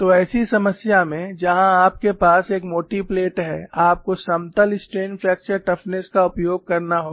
तो ऐसी समस्या में जहां आपके पास एक मोटी प्लेट है आपको समतल स्ट्रेन फ्रैक्चर टफनेस का उपयोग करना होगा